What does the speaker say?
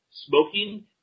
smoking